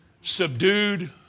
subdued